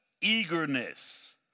eagerness